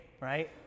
right